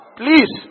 please